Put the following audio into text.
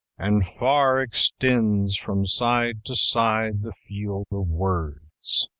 and far extends from side to side the field of words.